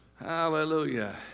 Hallelujah